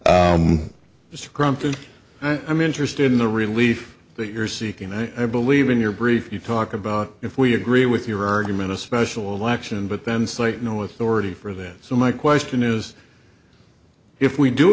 scranton i'm interested in the relief that you're seeking and i believe in your brief you talk about if we agree with your argument a special election but then cite no authority for that so my question is if we do